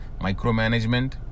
micromanagement